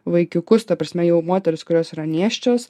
vaikiukus ta prasme jau moteris kurios yra nėščios